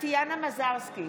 טטיאנה מזרסקי,